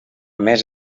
més